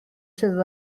sydd